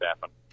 happen